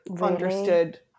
understood